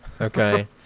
Okay